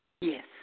Yes